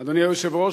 אדוני היושב-ראש,